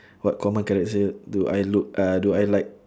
what common characteri~ do I look uh do I like